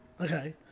Okay